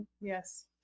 Yes